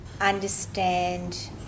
understand